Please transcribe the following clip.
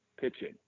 pitching